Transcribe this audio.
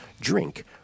Drink